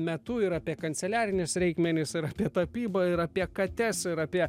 metu ir apie kanceliarinius reikmenis ir apie tapybą ir apie kates ir apie